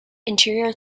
interior